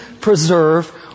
preserve